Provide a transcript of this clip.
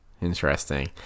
Interesting